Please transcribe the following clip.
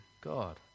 God